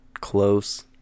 close